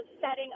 setting